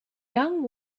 young